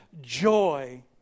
joy